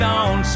on